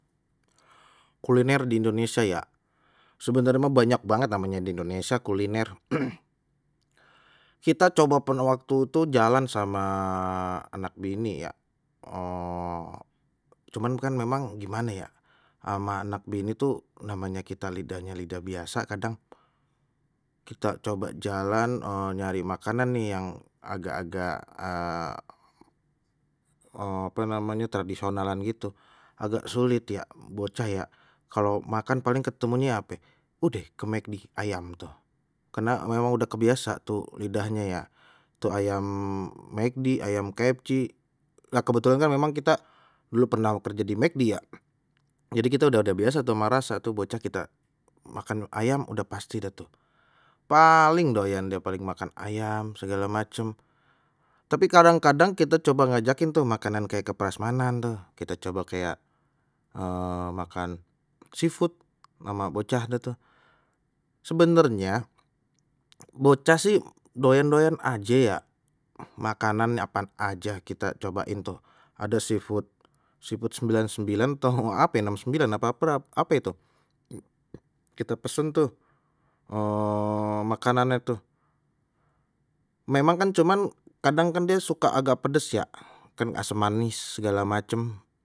Kuliner di indonesia ya, sebenarnya banyak banget namanya di indonesia kuliner. kita coba pernah waktu tu jalan sama anak bini ya, cuman kan memang gimana ya ama anak bini tuh namanya kita lidahnya lidah biasa kadang kita coba jalan uh nyari makanan nih yang agak agak uh apa namanya tradisionalan gitu agak sulit ya bocah ya, kalau makan paling ketemunya ape udeh ke McD ayam tuh karena memang udah kebiasa tuh lidahnye ya atau ayam mcd, ayam kfc, lha kebetulan kan memang kita dulu pernah kerja di McD ya. Jadi kita udah udah biasa tuh ama rasa tuh bocah kita makan ayam udah pasti dah tu paling doyan dia paling makan ayam, segala macam tapi kadang kadang kita coba ngajakin tuh makanan kayak ke prasmanan tuh, kita coba kayak uh makan seafood sama bocah tuh, sebenarnya bocah sih doyan doyan aje ya makanan apaan aja kita cobain tuh ada seafood, seafood sembilan sembilan tau ape enem sembilan ape ape itu kita pesen tuh uh makanane tuh memang kan cuman kadang kan dia suka agak pedes ya kan asam manis segala macam.